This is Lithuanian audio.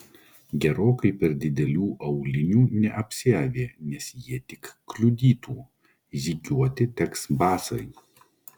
gerokai per didelių aulinių neapsiavė nes jie tik kliudytų žygiuoti teks basai